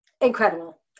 Incredible